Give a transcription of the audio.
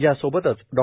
या सोबतच डॉ